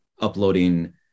uploading